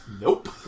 Nope